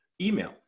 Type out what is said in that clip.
email